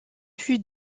fut